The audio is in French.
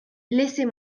laissez